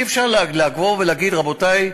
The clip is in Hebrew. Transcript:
אי-אפשר להגיד, רבותי,